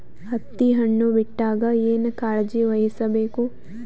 ಹತ್ತಿ ಹಣ್ಣು ಬಿಟ್ಟಾಗ ಏನ ಕಾಳಜಿ ವಹಿಸ ಬೇಕು?